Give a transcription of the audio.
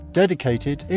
dedicated